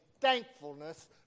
thankfulness